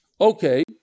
Okay